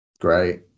great